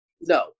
no